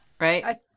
right